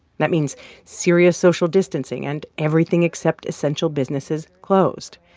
that means serious social distancing and everything except essential businesses closed,